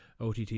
OTT